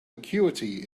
acuity